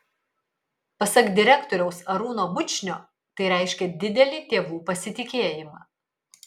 pasak direktoriaus arūno bučnio tai reiškia didelį tėvų pasitikėjimą